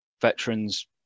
veterans